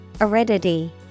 aridity